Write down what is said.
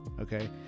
Okay